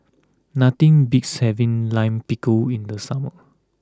nothing beats having Lime Pickle in the summer